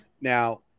now